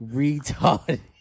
retarded